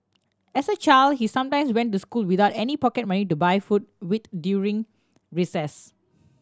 as a child he sometimes went to school without any pocket money to buy food with during recess